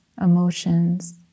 emotions